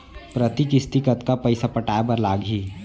प्रति किस्ती कतका पइसा पटाये बर लागही?